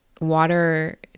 Water